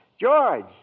George